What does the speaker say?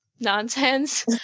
nonsense